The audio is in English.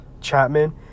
Chapman